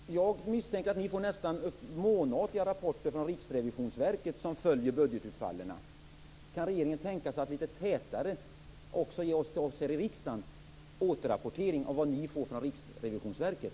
Fru talman! Jag misstänker att ni får nästan månatliga rapporter från Riksrevisionsverket som följer budgetutfallen. Kan regeringen tänka sig att litet tätare ge oss här i riksdagen en återrapportering av vad ni får från Riksrevionsverket?